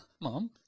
Mom